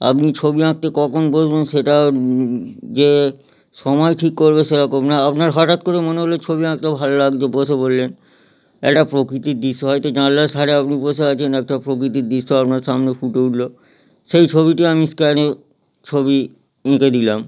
আপনি ছবি আঁকতে কখন বসবেন সেটা যে সময় ঠিক করবে সেরকম না আপনার হঠাৎ করে মনে হলো ছবি আঁকলে ভালো লাগছে বসে পড়লেন একটা প্রকৃতির দৃশ্য হয়তো জানলার সাইডে আপনি বসে আছেন একটা প্রকৃতির দৃশ্য আপনার সামনে ফুটে উঠলো সেই ছবিটি আমি স্ক্যানে ছবি এঁকে দিলাম